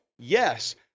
Yes